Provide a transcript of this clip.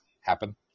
happen